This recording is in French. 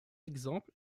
exemple